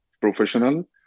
professional